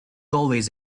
always